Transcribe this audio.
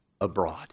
abroad